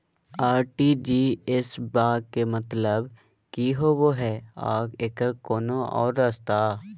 RTGS बा के मतलब कि होबे हय आ एकर कोनो और रस्ता?